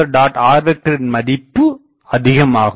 rவின் மதிப்பு அதிகமாகும்